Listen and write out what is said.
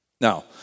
Now